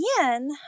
again